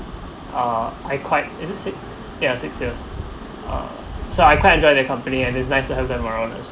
uh I quite is it six yeah six years uh so I quite enjoy their company and it's nice to have them around us